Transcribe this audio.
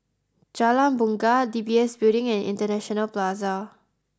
Jalan Bungar D B S Building and International Plaza